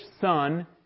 son